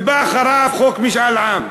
ובא אחריו חוק משאל עם.